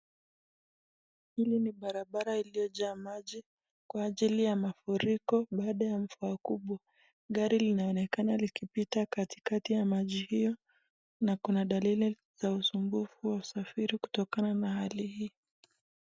Hili ni barabara iliyojaa maji Kwa ajili ya mfuriko baada ya mvuakubwa gari linaonekana likipita katikati maji hiyo na Kuna dalili ya usumbufu wa wasafiri kutokana na hali hii.